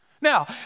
Now